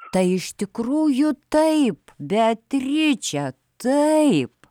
tai iš tikrųjų taip beatriče taip